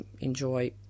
enjoy